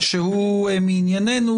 שהוא מענייננו,